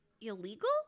illegal